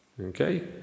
Okay